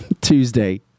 Tuesday